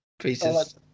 pieces